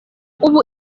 ubu